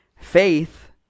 Faith